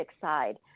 side